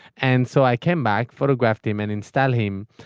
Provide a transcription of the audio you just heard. and so i came back photographed him and install him.